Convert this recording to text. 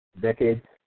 decades